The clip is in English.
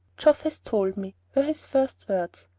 geoff has told me, were his first words.